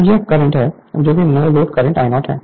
तो यह current I है जोकि नो लोड करंट I0 है